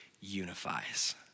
unifies